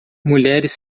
mulheres